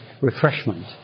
refreshment